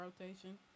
Rotation